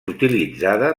utilitzada